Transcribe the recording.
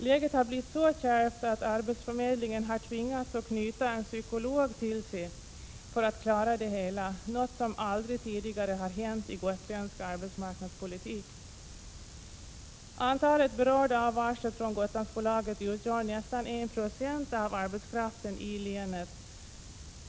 Läget har blivit så kärvt att arbetsförmedlingen tvingats knyta en psykolog till sig för att klara av det hela, något som aldrig tidigare hänt i gotländsk arbetsmarknadspolitik. Antalet berörda av varslet från Gotlandsbolaget utgör nästan 1 96 av arbetskraften i länet.